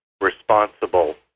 responsible